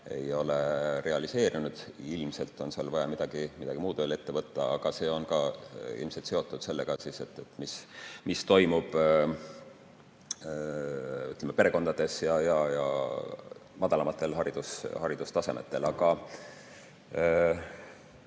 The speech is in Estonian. ei ole realiseerunud. Ilmselt on seal vaja midagi muud veel ette võtta. Aga see on ilmselt seotud ka sellega, mis toimub perekondades ja madalamatel haridustasemetel. Ma